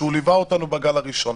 שהוא ליווה אותנו בגל הראשון.